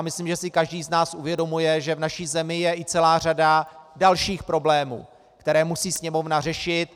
Myslím, že si každý z nás uvědomuje, že v naší zemi je i celá řada dalších problémů, které musí Sněmovna řešit.